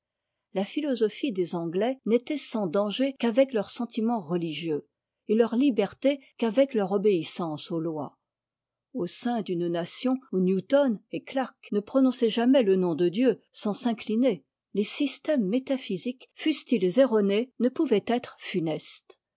la philosophie des anglais n'était sans danger qu'avec leurs sentiments religieux et leur liberté qu'avec leur obéissance aux lois au sein d'une nation où newton et ciarke ne prononçaient jamais je nom de dieu sans s'incliner iesjsystèmes métaphysiques fussent-ils erronés ne pouvaient être funestes